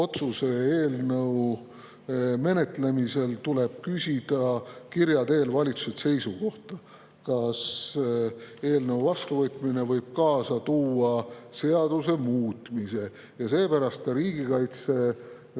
otsuse eelnõu menetlemisel tuleb küsida kirja teel valitsuselt seisukohta, kas eelnõu vastuvõtmine võib kaasa tuua seaduse muutmise. Seepärast palus